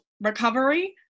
recovery